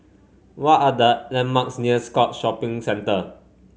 what are the landmarks near Scotts Shopping Centre